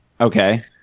Okay